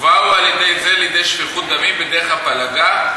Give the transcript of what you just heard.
ובאו על-ידי זה לידי שפיכות דמים בדרך הפלגה,